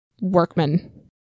workmen